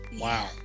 Wow